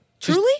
Truly